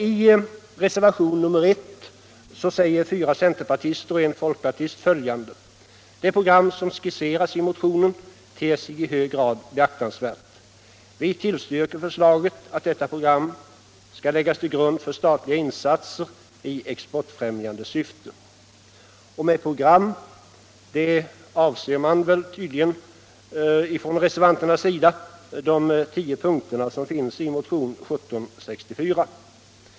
I reservation nr 1 säger fyra centerpartister och en folkpartist följande: ”Det program som skisseras i motionen ter sig i hög grad beaktansvärt.” Och så tillstyrker de förslaget ”att detta program skall läggas till grund för statliga insatser i exportfrämjande syfte”. Med program avses tydligen de tio punkter som finns i motionen 1764.